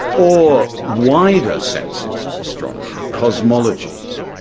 or wider senses of astronomy cosmologies,